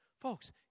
Folks